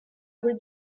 rue